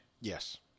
Yes